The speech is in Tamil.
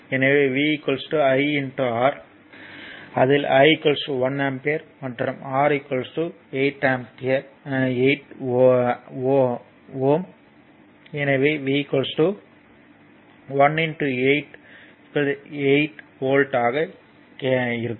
எனவே V IR அதில் I 1 ஆம்பியர் மற்றும் R 8 Ω எனவே V 1 8 8 வோல்ட் ஆக இருக்கும்